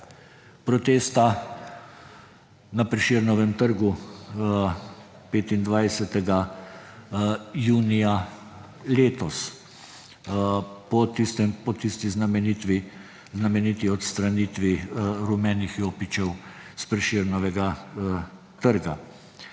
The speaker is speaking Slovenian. protesta na Prešernovem trgu 15. junija letos po tisti znameniti odstranitvi rumenih jopičev s Prešernovega trga.